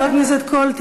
חברת הכנסת קול,